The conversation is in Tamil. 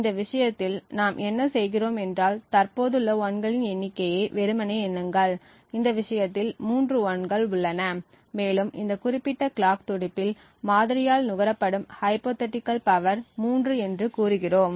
இந்த விஷயத்தில் நாம் என்ன செய்கிறோம் என்றால் தற்போதுள்ள 1 களின் எண்ணிக்கையை வெறுமனே எண்ணுங்கள் இந்த விஷயத்தில் மூன்று 1 கள் உள்ளன மேலும் இந்த குறிப்பிட்ட கிளாக் துடிப்பில் மாதிரியால் நுகரப்படும் ஹைப்போதீட்டிகள் பவர் 3 என்று கூறுகிறோம்